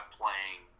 playing